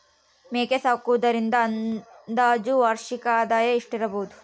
ಮೇಕೆ ಸಾಕುವುದರಿಂದ ಅಂದಾಜು ವಾರ್ಷಿಕ ಆದಾಯ ಎಷ್ಟಿರಬಹುದು?